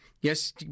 yes